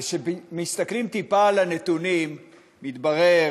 כשמסתכלים טיפה על הנתונים מתברר